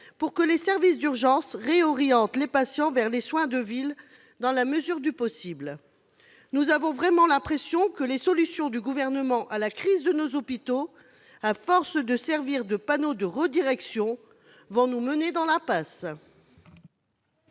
pour que les services d'urgences réorientent les patients vers les soins de ville dans la mesure du possible. Nous avons vraiment l'impression que les solutions du Gouvernement à la crise de nos hôpitaux, à force de proposer des panneaux de redirection, vont nous mener dans l'impasse.